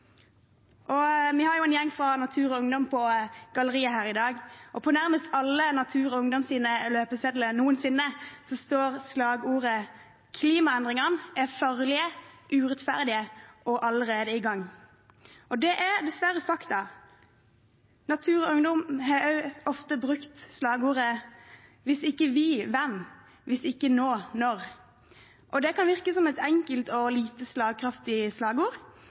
Vi har en gjeng fra Natur og Ungdom på galleriet her i dag. På nærmest alle Natur og Ungdoms løpesedler noensinne står slagordet: «Klimaendringene er farlige, urettferdige og allerede i gang.» Det er dessverre fakta. Natur og Ungdom har også ofte brukt slagordet: «Hvis ikke du, hvem? Hvis ikke nå, når?» Det kan virke som et enkelt og lite slagkraftig slagord,